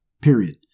Period